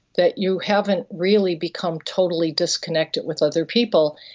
that you haven't really become totally disconnected with other people,